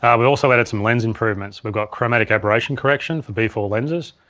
and we also added some lens improvements. we've got chromatic aberration correction for b four lenses,